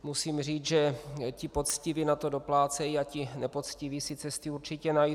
Musím říct, že ti poctiví na to doplácejí a ti nepoctiví si cesty určitě najdou.